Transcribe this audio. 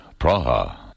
Praha